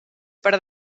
per